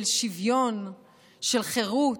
של שוויון, של חירות.